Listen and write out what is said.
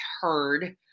heard